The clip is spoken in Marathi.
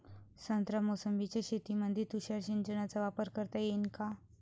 संत्रा मोसंबीच्या शेतामंदी तुषार सिंचनचा वापर करता येईन का?